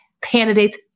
candidates